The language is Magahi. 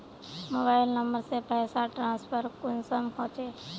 मोबाईल नंबर से पैसा ट्रांसफर कुंसम होचे?